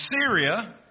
Syria